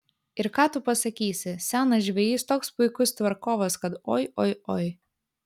ir ką tu pasakysi senas žvejys toks puikus tvarkovas kad oi oi oi